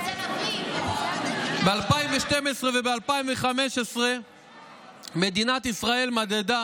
ב-2012 וב-2015 מדינת ישראל מדדה